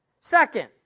Second